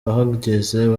wahageze